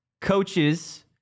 Coaches